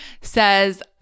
says